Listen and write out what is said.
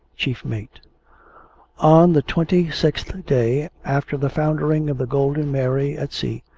chief mate on the twenty-sixth day after the foundering of the golden mary at sea,